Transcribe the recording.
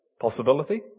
Possibility